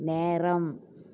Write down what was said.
நேரம்